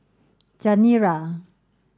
Chanira